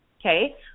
okay